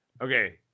Okay